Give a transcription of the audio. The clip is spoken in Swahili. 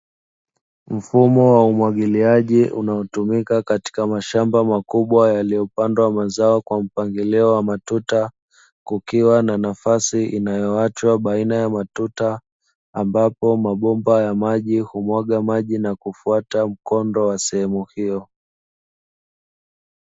Mfumo wa umwagiliaji unaotumika katika mashamba makubwa, yaliyopandwa mazao kwa mpangilio wa matuta, kukiwa na nafasi inayoachwa baina ya matuta, ambapo mabomba ya maji humwaga maji na kufuata mkondo wa sehemu hiyo.